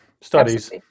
studies